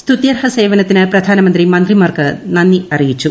സുത്യർഹ സേവനത്തിന് പ്രധാനമന്ത്രി മന്ത്രിമാർക്ക് നന്ദി അറിയിച്ചു